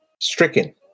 stricken